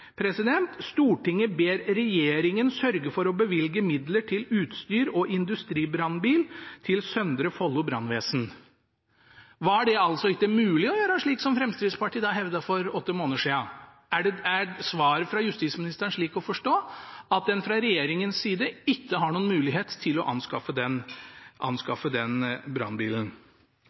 ber regjeringen sørge for å bevilge midler til utstyr og industribrannbil til Søndre Follo brannvesen.» Var det altså ikke mulig å gjøre slik som Fremskrittspartiet hevdet for åtte måneder siden? Er svaret fra justisministeren slik å forstå at en fra regjeringens side ikke har noen mulighet til å anskaffe den